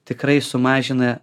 tikrai sumažina